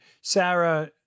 Sarah